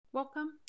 Welcome